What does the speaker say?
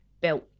built